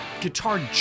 guitar